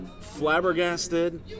flabbergasted